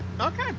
Okay